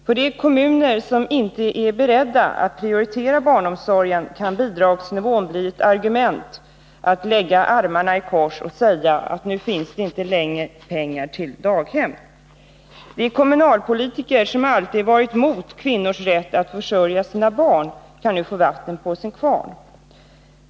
För de kommuner som inte är beredda att prioritera barnomsorgen kan bidragsnivån bli ett argument för att lägga armarna i kors och säga: Nu finns det inte längre pengar till daghem. De kommunalpolitiker som alltid varit emot kvinnors rätt att försörja sina barn kan nu få vatten på sin kvarn.